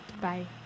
bye